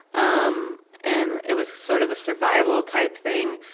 um and it was sort of a survival type thing,